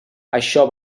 això